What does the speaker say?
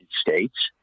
States